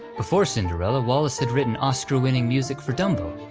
before cinderella wallace had written oscar-winning music for dumbo,